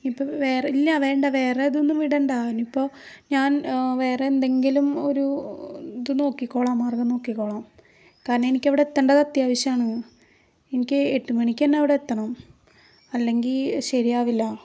ഇപ്പം വേറെ ഇല്ല വേണ്ട വേറെ അതൊന്നും വിടണ്ട ഇനിയിപ്പോൾ ഞാൻ വേറെ എന്തെങ്കിലും ഒരു ഇത് നോക്കിക്കോളാം മാർഗം നോക്കിക്കോളാം കാരണം എനിക്കവിടെ എത്തേണ്ടതത്ത്യാവശ്യാണ് എനിക്ക് എട്ട് മണിക്കന്നെ അവിടെത്തണം അല്ലെങ്കിൽ ശരിയാവില്ല